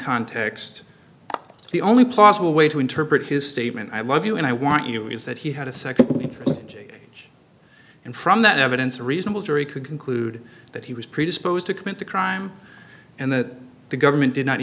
context the only possible way to interpret his statement i love you and i want you is that he had a nd leg and from that evidence a reasonable jury could conclude that he was predisposed to commit the crime and that the government did not